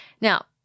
Now